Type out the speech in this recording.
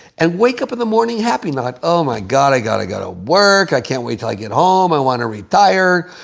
and wake up in the morning happy, not, oh, my god, i got to go to work. i can't wait till i get home. i want to retire,